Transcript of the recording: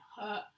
hurt